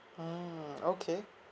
mmhmm okay